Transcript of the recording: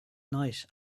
night